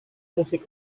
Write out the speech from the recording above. musik